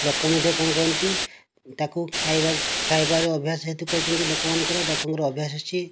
ଲୋକ ମଧ୍ୟ କ'ଣ କୁହନ୍ତି ତାକୁ ଖାଇବା ଖାଇବାରେ ଅଭ୍ୟାସ ଯେହେତୁ କରୁଛନ୍ତି ଲୋକମାନଙ୍କର ଲୋକମାଙ୍କର ଅଭ୍ୟାସ ଯେହେତୁ ଅଛି